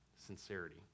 sincerity